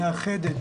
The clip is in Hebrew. מאחדת,